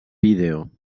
vídeo